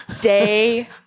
Day